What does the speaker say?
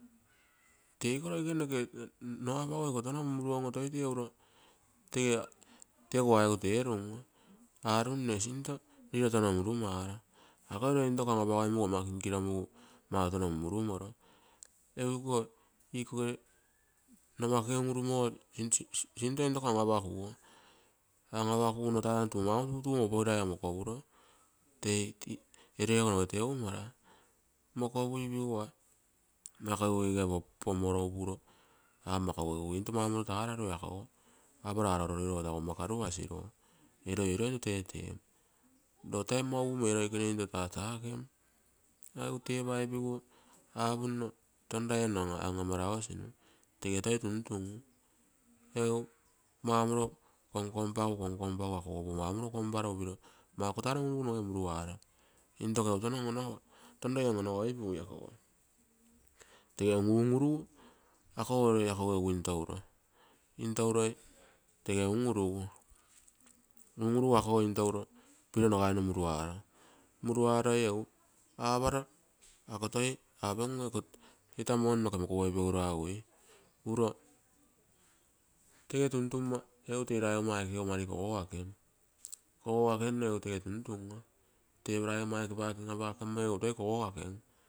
Teiko roikene noke nno apagui iko tono munmuruoim, tee uro toi tegu aigu terum oo arum nne tegirai sinto riro tono murumaro, akoi roi ama kinkirogonumugu mautono mun-murumoro, egu, koge numakuge un-uru mogo sinto intoko an-apakuogo, an apakumo nno tainoio maumonto tuuio opogirai ogo moo mokopuro, tei erego noge teumara, mokopuipigu, mmo ako egu ege pomoro upuro ah mmo egu maumonto taaroru, egu tepaupigu apunno ton raio nno an-amarasinu tege toi tuntungu egu maumoro konkopagu, konkanpagu ako noge mau kotaro un urugu muruaro, intoko egu ton roie on onogui. Tege un-urugu akoge roi ako egu into uro piro nagaimo muruaro, muruaroi egu aparo ako toi taa money noke mokopoipegu raagu ui uro egu tee raiga aikego mani kogogakenno mani tuntun teego raigomma aike pake anapakemmoi, egu toi kogogakem.